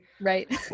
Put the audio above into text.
Right